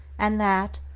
and that,